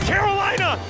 Carolina